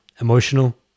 emotional